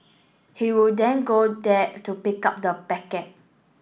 he would then go there to pick up the packet